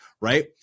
right